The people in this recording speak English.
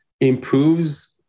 improves